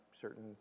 certain